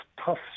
tough